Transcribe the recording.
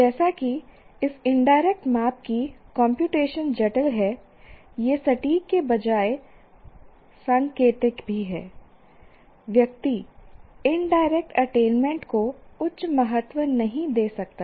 जैसा कि इस इनडायरेक्ट माप की कंप्यूटेशन जटिल है यह सटीक के बजाय सांकेतिक भी है व्यक्ति इनडायरेक्ट अटेनमेंट को उच्च महत्व नहीं दे सकता है